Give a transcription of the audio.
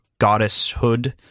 goddesshood